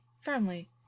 firmly